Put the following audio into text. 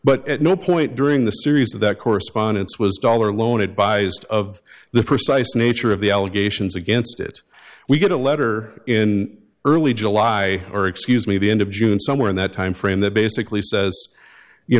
at no point during the series of that correspondence was dollar loan advised of the precise nature of the allegations against it we get a letter in early july or excuse me the end of june somewhere in that timeframe that basically says you